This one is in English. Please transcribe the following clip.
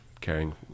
caring